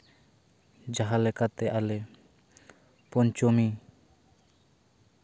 ᱡᱟᱦᱟᱸ ᱞᱮᱠᱟᱛᱮ ᱟᱞᱮ ᱯᱚᱧᱪᱚᱢᱤ